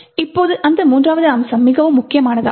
இப்போது இந்த மூன்றாவது அம்சம் மிகவும் முக்கியமானதாகும்